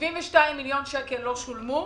72 מיליון שקלים לא שולמו.